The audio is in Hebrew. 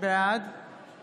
בעד